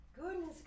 Goodness